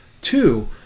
Two